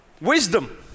wisdom